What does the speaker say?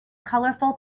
colorful